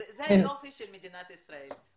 זה היופי של מדינת ישראל.